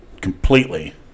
Completely